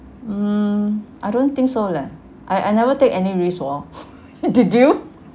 mm I don't think so leh I I never take any risk orh did you